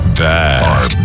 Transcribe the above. back